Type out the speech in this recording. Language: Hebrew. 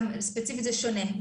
ספציפית זה שונה,